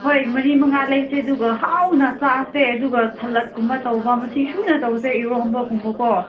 ꯍꯣꯏ ꯃꯔꯤ ꯃꯉꯥ ꯂꯩꯁꯦ ꯑꯗꯨꯒ ꯍꯥꯎꯅ ꯆꯥꯁꯦ ꯑꯗꯨꯒ ꯁꯂꯥꯗ ꯀꯨꯝꯕ ꯇꯧꯕ ꯃꯁꯤꯡ ꯁꯨꯅ ꯇꯧꯁꯦ ꯏꯔꯣꯝꯕ ꯀꯨꯝꯕꯀꯣ